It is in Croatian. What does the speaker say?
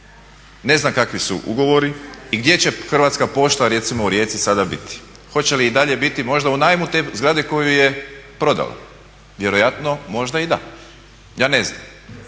Ne znam kakvi su ugovori i gdje će Hrvatska pošta recimo u Rijeci sada biti, hoće li i dalje biti možda u najmu te zgrade koju je prodala. Vjerojatno možda i da, ja ne znam,